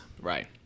Right